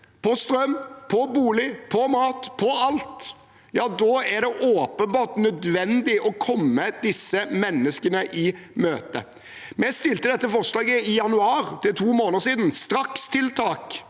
på strøm, på bolig, på mat, på alt, er det åpenbart nødvendig å komme disse menneskene i møte. Vi fremmet dette forslaget i januar. Det er to måneder siden. Strakstiltak